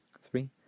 three